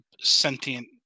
sentient